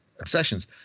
obsessions